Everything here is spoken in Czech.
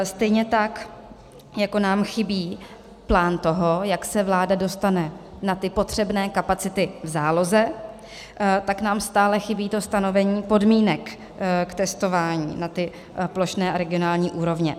Stejně tak jako nám chybí plán toho, jak se vláda dostane na ty potřebné kapacity v záloze, tak nám stále chybí stanovení podmínek k testování na ty plošné a regionální úrovně.